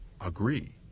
agree